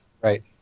Right